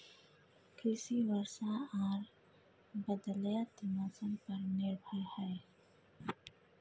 कृषि वर्षा आर बदलयत मौसम पर निर्भर हय